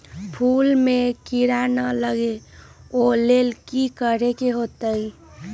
फूल में किरा ना लगे ओ लेल कि करे के होतई?